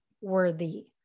worthy